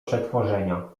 przetworzenia